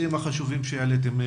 בנושאים החשובים שהעליתם.